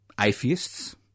atheists